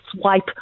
swipe